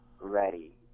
ready